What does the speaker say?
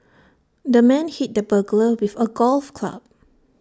the man hit the burglar with A golf club